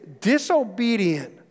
disobedient